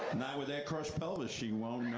not with that crushed pelvis, she won't, no,